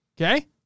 Okay